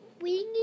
wingy